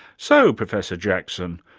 so, professor jackson,